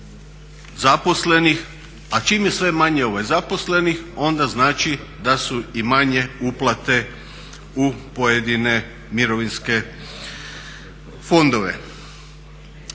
zaposlenih, a čim je sve manje zaposlenih onda znači da su i manje uplate u pojedine mirovinske fondove.